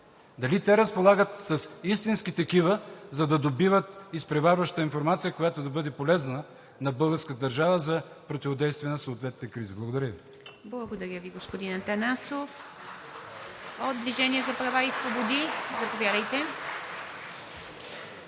Дали те разполагат с истински такива, за да добиват изпреварваща информация, която да бъде полезна на българската държава за противодействие на съответните кризи. Благодаря Ви.